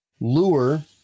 lure